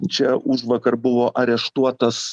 čia užvakar buvo areštuotas